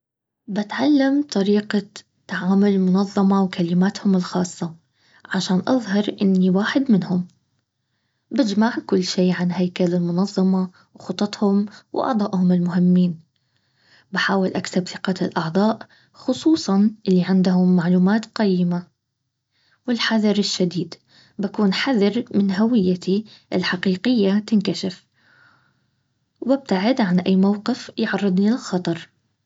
بتعلم طريقة تعامل المنظمة وكلماتهم الخاصة. عشان اظهر اني واحد منهم بجمع كل شيء عن هيكل المنظمة وخططهم واعضائهم المهمين. بحاول اكسب ثقة الأعضاء. خصوصاً اللي عندهم معلومات قيمة والحذر الشديد بكون حذر من هويتي الحقيقية تنكشف وابتعد عن اي موقف يعرضني للخطر